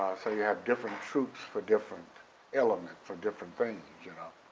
so you have different troupes for different elements, for different things, and you know,